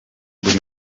buri